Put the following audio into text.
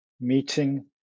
meeting